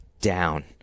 down